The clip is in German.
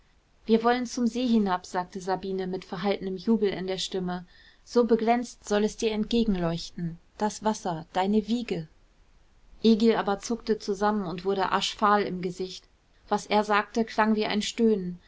wir wollen zum see hinab sagte sabine mit verhaltenem jubel in der stimme so beglänzt soll es dir entgegenleuchten das wasser deine wiege egil aber zuckte zusammen und wurde aschfahl im gesicht was er sagte klang wie ein stöhnen